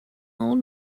old